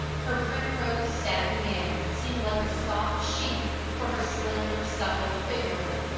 her primrose satin gown seemed like a soft sheath for her slender, supple figure,